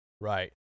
Right